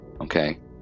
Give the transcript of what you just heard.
okay